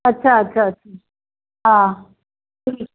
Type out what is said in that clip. अच्छा अच्छा अ हा ठीकु